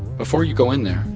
before you go in there,